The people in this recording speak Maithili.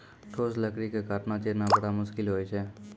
ठोस लकड़ी क काटना, चीरना बड़ा मुसकिल होय छै